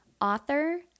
author